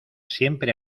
siempre